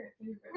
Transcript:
favorite